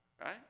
Right